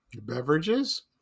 Beverages